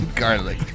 garlic